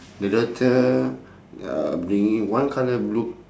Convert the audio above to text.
the daughter uh bringing one colour blue